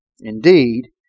Indeed